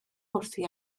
wrthi